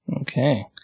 Okay